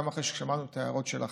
גם אחרי ששמענו את ההערות שלכם.